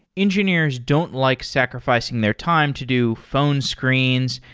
engineers don't like sacrificing their time to do phone screens,